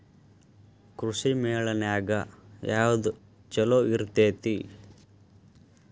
ಕೃಷಿಮೇಳ ನ್ಯಾಗ ಯಾವ್ದ ಛಲೋ ಇರ್ತೆತಿ?